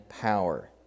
power